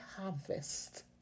harvest